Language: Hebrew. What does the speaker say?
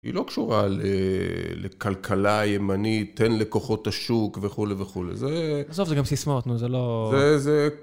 היא לא קשורה לכלכלה הימנית, תן לכוחות השוק וכולי וכולי, זה... בסוף זה גם סיסמאות, נו זה לא...